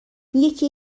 یکی